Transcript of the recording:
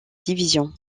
division